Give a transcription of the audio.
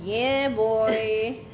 ya boy